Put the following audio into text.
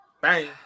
Bang